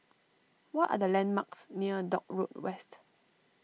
what are the landmarks near Dock Road West